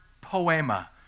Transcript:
poema